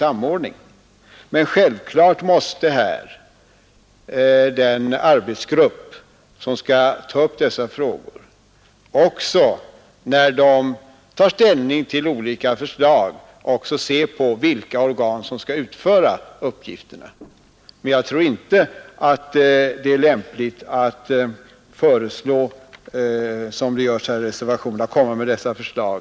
Den arbetsgrupp som skall pröva trafiksäkerhetsfrågorna måste självfallet, när gruppen tar ställning till olika förslag, också se på vilka organ som skall utföra uppgifterna. Jag tror inte det är lämpligt att i dagens läge följa reservationens förslag.